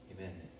Amen